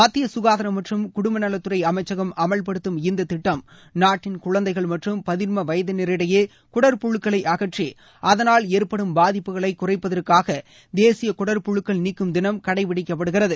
மத்திய கசுகாதாரம் மற்றும் குடும்பநலத்துறை அமைச்சகம் அமவ்படுத்தும் இந்த திட்டம் நாட்டின் குழந்தைகள் மற்றும் பதின்ம வயதினரிடையே குடற்புழுக்களை அகற்றி அதனால் ஏற்படும் பாதிப்புகளை குறைப்பதற்காக தேசிய குடற்புழுக்கள் நீக்கும் தினம் கடைபிடிக்கப்படுகிறது